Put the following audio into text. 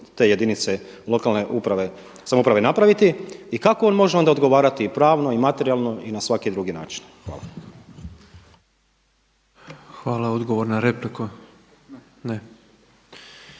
te jedinice lokalne samouprave napraviti i kako on može onda odgovarati i pravno, i materijalno i na svaki drugi način. Hvala. **Petrov, Božo